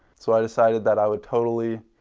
so i decided that i would totally